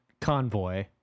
convoy